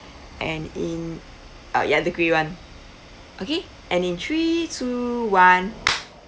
and in uh ya the grey [one] okay and in three two one